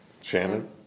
shannon